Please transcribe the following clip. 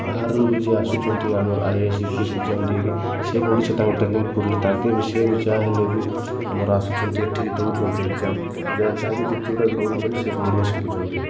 ବାହାରରୁ ବି ଯିଏ ଆସୁଛନ୍ତି ଆମର ଆଇଏସ୍ ୟୁପିଏସସି ଏକ୍ଜାମ ଦେଇକି ସେଏ ବି ଓଡ଼ିଶା ତାଙ୍କ ଟ୍ରେନିଂ ପଡ଼ିଲେ ତାଙ୍କେ ବି ସିଏ ବି ଯାହା ହେଲେ ବି ଆମର ଆସୁଛନ୍ତି ଏଠିକି ଦଉଛନ୍ତି ଏକ୍ଜାମ୍ ଯାହା ଯାହାକି ଯେତେଗୁଟା ବି କରୁଛନ୍ତି ସିଏ ବି ଓଡ଼ିଆ ଶିଖୁଛନ୍ତି